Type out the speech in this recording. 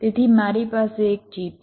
તેથી મારી પાસે એક ચિપ છે